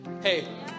Hey